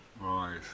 Right